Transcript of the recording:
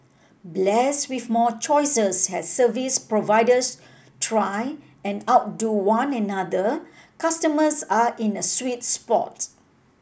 blessed with more choices as service providers try and outdo one another customers are in a sweet spot